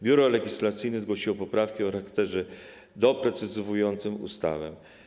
Biuro Legislacyjne zgłosiło poprawkę o charakterze doprecyzowującym ustawę.